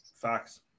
Facts